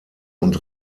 und